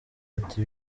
ati